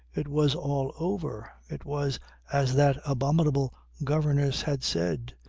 it was all over. it was as that abominable governess had said.